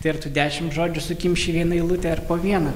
tai ir tų dešimt žodžių sukimši vieną eilutę ar po vieną